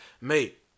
mate